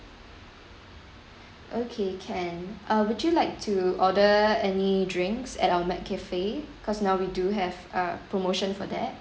okay can uh would you like to order any drinks at our mac cafe because now we do have a promotion for that